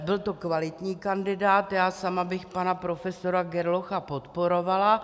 Byl to kvalitní kandidát, já sama bych pana profesora Gerlocha podporovala.